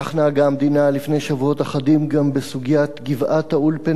כך נהגה המדינה לפני שבועות אחדים גם בסוגיית גבעת-האולפנה.